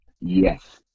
Yes